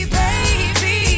baby